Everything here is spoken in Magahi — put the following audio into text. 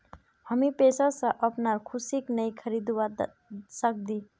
हामी पैसा स अपनार खुशीक नइ खरीदवा सख छि